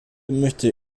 möchte